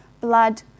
blood